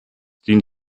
dient